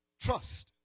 trust